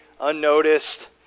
unnoticed